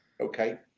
Okay